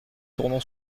tournon